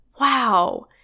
wow